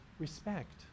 respect